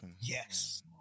yes